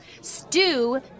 Stew